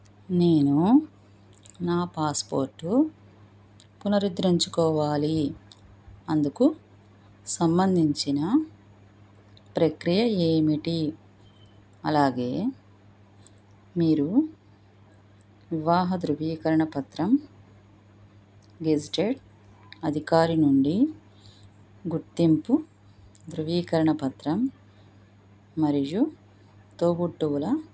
నేను నా పాస్పోర్టు పునరుద్ధరించుకోవాలి అందుకు సంబంధించిన ప్రక్రియ ఏమిటి అలాగే మీరు వివాహ ధృవీకరణ పత్రం గెజిటెడ్ అధికారి నుండి గుర్తింపు ధృవీకరణ పత్రం మరియు తోబుట్టువుల